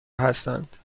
هستند